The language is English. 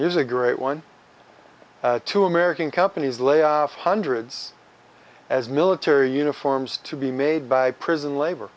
is a great one to american companies lay off hundreds as military uniforms to be made by prison labor